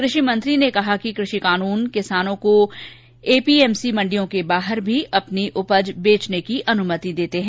कृ षिमंत्री ने कहा कि कृषि कानून किसानों को एपीएमसी मंडियों के बाहर भी अपनी उपज बेचने की अनुमति देते हैं